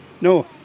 No